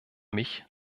mich